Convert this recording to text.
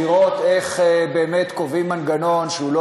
לראות איך באמת קובעים מנגנון שהוא לא